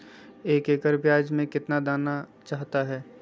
एक एकड़ प्याज में कितना दाना चाहता है?